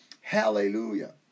Hallelujah